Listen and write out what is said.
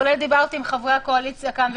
כולל דיברתי עם חברי הקואליציה כאן.